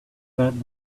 that